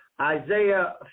Isaiah